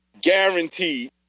Guaranteed